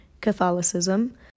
Catholicism